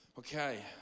okay